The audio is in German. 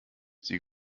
sie